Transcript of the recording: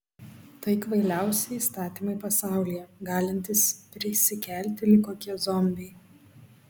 tai kvailiausi įstatymai pasaulyje galintys prisikelti lyg kokie zombiai